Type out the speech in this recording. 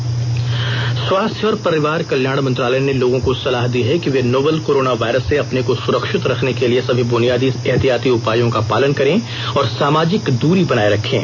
स्वास्थ्य एडवाइजरी स्वास्थ्य और परिवार कल्याण मंत्रालय ने लोगों को सलाह दी है कि वे नोवल कोरोना वायरस से अपने को सुरक्षित रखने के लिए सभी बुनियादी एहतियाती उपायों का पालन करें और सामाजिक दूरी बनाए रखें